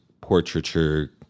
portraiture